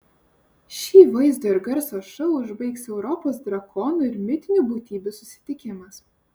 šį vaizdo ir garso šou užbaigs europos drakonų ir mitinių būtybių susitikimas